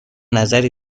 نظری